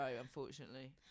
unfortunately